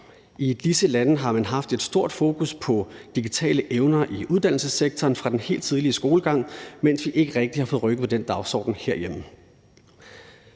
I disse lande har man haft et stort fokus på digitale evner i uddannelsessektoren fra den helt tidlige skolegang, mens vi ikke rigtig har fået rykket på den dagsorden herhjemme.